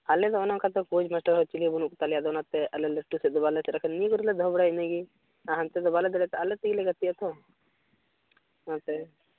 ᱟᱞᱮ ᱫᱚ ᱚᱱᱮ ᱚᱱᱠᱟ ᱛᱮ ᱠᱳᱪ ᱢᱟᱥᱴᱟᱨ ᱦᱚᱸ ᱪᱤᱞᱤ ᱦᱚᱸ ᱵᱟᱹᱱᱩᱜ ᱠᱚᱛᱟᱞᱮᱭᱟ ᱟᱫᱚ ᱚᱱᱟᱛᱮ ᱟᱞᱮ ᱞᱟᱹᱴᱩ ᱥᱮᱫ ᱫᱚ ᱵᱟᱞᱮ ᱪᱟᱞᱟᱜ ᱠᱟᱱᱟ ᱱᱤᱭᱟᱹ ᱠᱚᱨᱮᱞᱮ ᱫᱚᱦᱚ ᱵᱟᱲᱟᱭᱟ ᱤᱱᱟᱹᱜᱮ ᱟᱨ ᱦᱟᱱᱛᱮ ᱫᱚ ᱵᱟᱞᱮ ᱫᱟᱲᱮᱠᱚᱜᱼᱟ ᱟᱞᱮᱛᱮᱜᱮᱞᱮ ᱜᱟᱛᱮᱜ ᱟᱛᱚ ᱦᱮᱸ ᱥᱮ